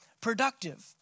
productive